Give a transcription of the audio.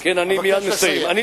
אז אני מבקש לסיים.